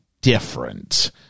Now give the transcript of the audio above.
different